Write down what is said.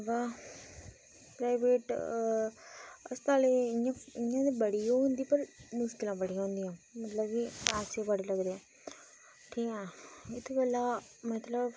बा प्राइवेट अस्पतालें दी इ'यां इयां ते बड़ी ओह् होंदी पर मुश्कलां बड़ियां होंदियां मतलब कि पैसे बड़े लगदे कियां इत्थे गल्ला